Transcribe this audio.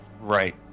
Right